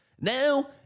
Now